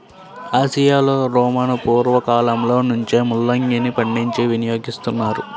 ఆసియాలో రోమను పూర్వ కాలంలో నుంచే ముల్లంగిని పండించి వినియోగిస్తున్నారు